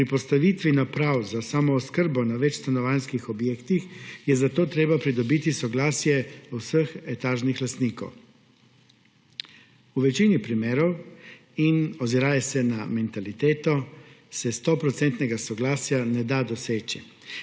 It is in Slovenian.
Pri postavitvi naprav za samooskrbo na večstanovanjskih objektih je zato treba pridobiti soglasje vseh etažnih lastnikov. V večini primerov in oziraje se na mentaliteto se 100-odstotnega soglasja ne da doseči,